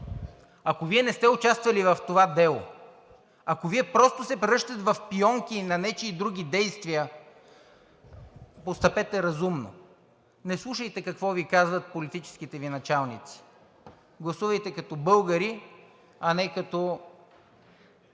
ако Вие не сте участвали в това дело, ако Вие просто се превръщате в пионки на нечии други действия, постъпете разумно, не слушайте какво Ви казват политическите началници. Гласувайте като българи, а не като